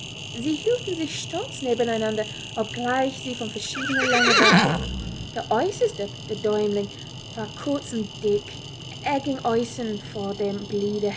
sie hielten sich stolz neben einander obgleich sie von verschiedener länge waren der äußerste der däumling war kurz und dick er ging außen vor dem